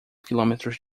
quilômetros